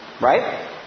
Right